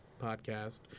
podcast